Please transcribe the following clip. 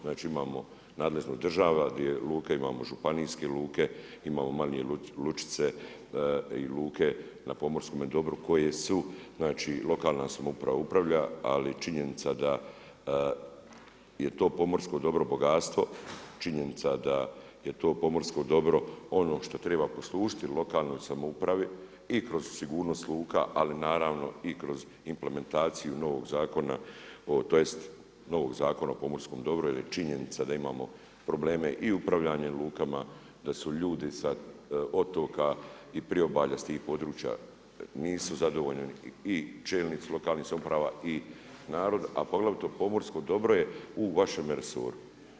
Znači imamo nadležnu državu gdje luke imamo županijske luke, imamo manje lučice i luke na pomorskome dobru koje su znači lokalna samouprava upravlja ali je činjenica da je to pomorsko dobro bogatstvo, činjenica da je to pomorsko dobro ono što treba poslužiti lokalnoj upravi i kroz sigurnost luka ali naravno i kroz implementaciju novog zakona tj. novog Zakona o pomorskom dobru jer je činjenica da imamo probleme i upravljanje lukama, da su ljudi sa otoka i priobalja sa tih područja nisu zadovoljni i čelnici lokalnih samouprava i narod a poglavito pomorsko dobro je u vašem resoru.